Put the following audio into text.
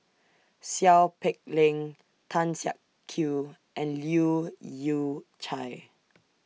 Seow Peck Leng Tan Siak Kew and Leu Yew Chye